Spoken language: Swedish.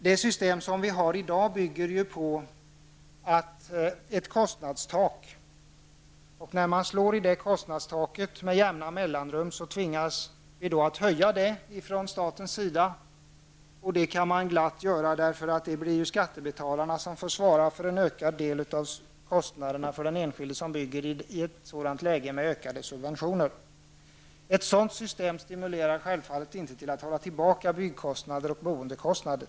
Det system som vi har i dag bygger på ett kostnadstak och när man med jämna mellanrum slår i kostnadstaket tvingas man från statens sida att höja det. Det kan man glatt göra eftersom det blir skattebetalarna som får svara för en ökad del av kostnaderna för den enskilde som bygger i ett läge med ökade subventioner. Ett sådant system stimulerar självfallet inte till att hålla tillbaka byggkostnader och boendekostnader.